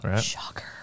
Shocker